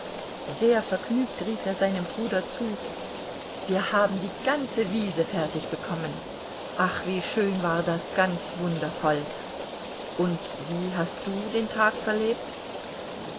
sehr vergnügt rief er seinem bruder zu wir haben die ganze wiese fertigbekommen ach wie schön war das ganz wundervoll und wie hast du den tag verlebt